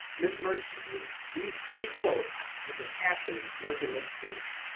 miss merge these three quotes sort of passion to work in this space.